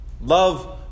Love